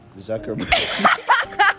Zuckerberg